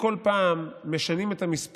חוץ מאשר הוא גם בעל מחבר ספרים,